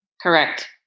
Correct